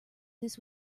this